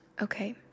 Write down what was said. Okay